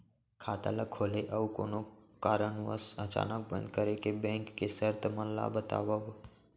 खाता ला खोले अऊ कोनो कारनवश अचानक बंद करे के, बैंक के शर्त मन ला बतावव